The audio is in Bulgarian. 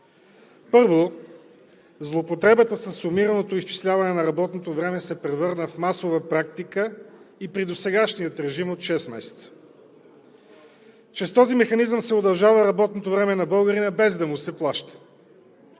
Първо, злоупотребата със сумираното изчисляване на работното време се превърна в масова практика и при досегашния. Чрез този механизъм се удължава работното време на българина, без да му се плаща.